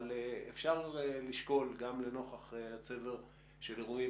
אבל אפשר לשקול גם לנוכח צבר האירועים